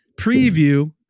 preview